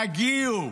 תגיעו".